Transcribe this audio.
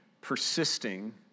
persisting